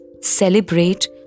celebrate